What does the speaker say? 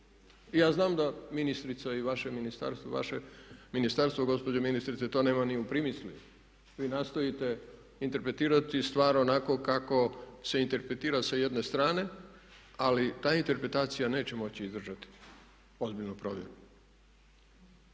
Ja znam da ministrica i vaše ministarstvo, vaše ministarstvo gospođo ministrice to nema ni u primisli. Vi nastojite interpretirati stvar onako kako se interpretira sa jedne strane ali ta interpretacija neće moći izdržati ozbiljnu provjeru.